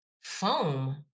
foam